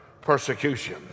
persecution